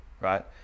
right